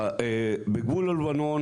בגבול הלבנון,